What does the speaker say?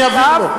אני אעביר לו.